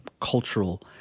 cultural